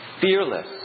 fearless